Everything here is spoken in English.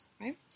right